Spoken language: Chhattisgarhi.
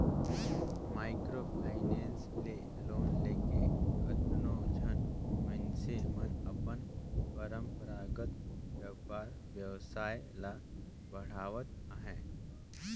माइक्रो फायनेंस ले लोन लेके केतनो झन मइनसे मन अपन परंपरागत बयपार बेवसाय ल बढ़ावत अहें